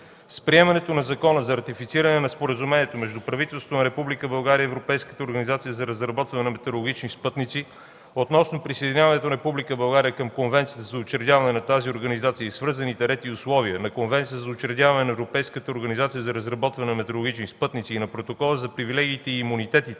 С приемането на Закона за ратифициране на Споразумението между Правителството на Република България и Европейската организация за разработване на метеорологични спътници относно присъединяването на Република България към Конвенцията за учредяването на тази организация и свързаните ред и условия, на Конвенцията за учредяване на Европейската организация за разработване на метеорологични спътници и на Протокола за привилегиите и имунитетите